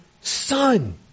Son